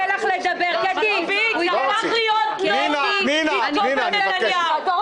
מספיק, זה הפך להיות נורמה לתקוף את נתניהו.